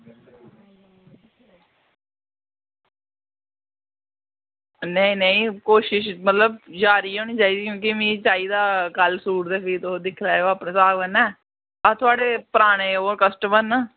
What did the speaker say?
नेईं नेईं कोशिश मतलब की जारी होनी चाहिदी ते मिगी चाहिदा कल्ल सूट ते तुस दिक्खी लैयो अपने स्हाब कन्नै अस थुआढ़े ओह् पराने कस्टमर न